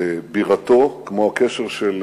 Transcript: לבירתו כמו הקשר של